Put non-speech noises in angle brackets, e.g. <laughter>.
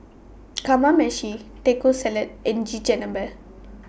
<noise> Kamameshi Taco Salad and Chigenabe